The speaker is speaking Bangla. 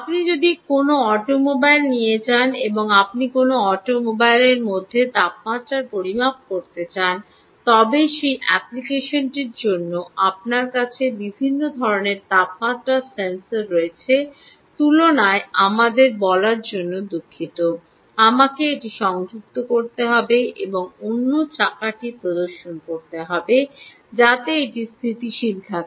আপনি যদি কোনও অটোমোবাইল নিয়ে যান এবং আপনি কোনও অটোমোবাইলের মধ্যে তাপমাত্রা পরিমাপ করতে চান তবে সেই অ্যাপ্লিকেশনটির জন্য আপনার কাছে বিভিন্ন ধরণের তাপমাত্রা সেন্সর রয়েছে তুলনায় আমাদের বলার জন্য দুঃখিত আমাকে এটি সংযুক্ত করতে হবে এবং অন্য চাকাটি প্রদর্শন করতে হবে যাতে এটি স্থিতিশীল থাকে